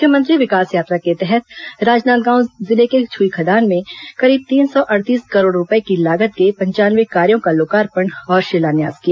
मुख्यमंत्री विकास यात्रा के तहत राजनांदगांव जिले के छुईखदान में करीब तीन सौ अड़तीस करोड़ रूपए की लागत के पंचानवे कार्यो का लोकार्पण और शिलान्यास किया